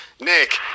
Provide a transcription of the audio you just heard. Nick